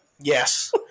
Yes